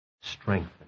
strengthen